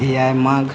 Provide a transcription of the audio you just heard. ᱮᱭᱟᱭ ᱢᱟᱜᱽ